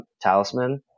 talisman